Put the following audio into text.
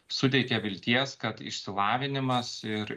suteikia vilties kad išsilavinimas ir